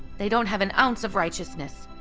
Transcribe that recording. they don't have an ounce of righteousness.